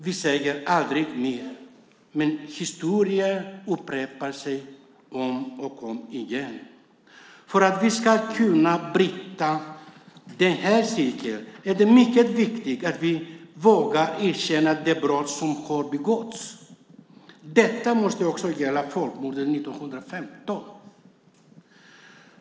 Vi säger: Aldrig mer! Men historien upprepar sig om och om igen. För att vi ska kunna blicka framåt det här seklet är det mycket viktigt att vi vågar erkänna de brott som har begåtts. Detta måste också gälla folkmorden 1915.